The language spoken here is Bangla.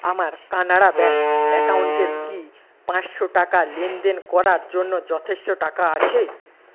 আমার কানাড়া ব্যাংক অ্যাকাউন্টের কি পাঁচশো টাকা লেনদেন করার জন্য যথেষ্ট টাকা আছে